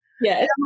Yes